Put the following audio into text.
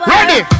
Ready